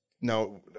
Now